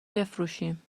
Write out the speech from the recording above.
بفروشیم